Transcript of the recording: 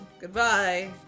Goodbye